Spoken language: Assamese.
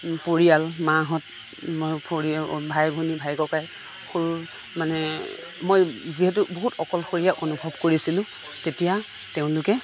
মোৰ পৰিয়াল মাহঁত ভাই ভনী ভাই ককাই সৰু মানে মই যিহেতু বহুত অকলশৰীয়া অনুভৱ কৰিছিলোঁ তেতিয়া তেওঁলোকে